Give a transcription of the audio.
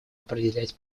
определять